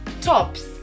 tops